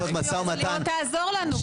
משא ומתן --- אז היא לא תעזור לנו בתיקון חקיקה.